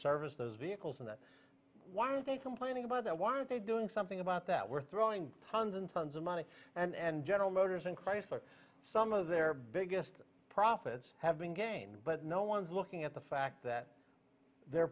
service those vehicles and why are they complaining about that why aren't they doing something about that we're throwing tons and tons of money and general motors and chrysler some of their biggest profits have been gained but no one's looking at the fact that their